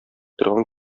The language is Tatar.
торган